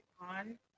on